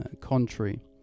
Contrary